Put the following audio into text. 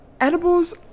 edibles